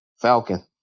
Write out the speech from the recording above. falcon